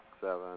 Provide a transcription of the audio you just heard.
seven